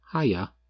Hiya